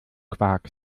quarks